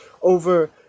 Over